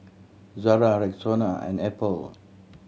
Zara Rexona and Apple